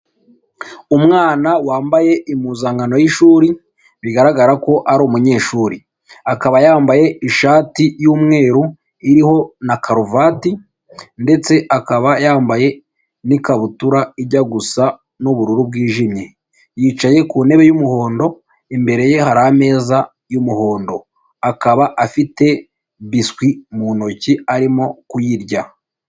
Umwana wambaye impuzankano y'ishuri, bigaragara ko ari umunyeshuri, akaba yambaye ishati y'umweru iriho na karuvati ndetse akaba yambaye n'ikabutura ijya gusa n'ubururu bwijimye, yicaye ku ntebe y'umuhondo, imbere ye hari ameza y'umuhondo, akaba afite biswi mu ntoki arimo kuyirya.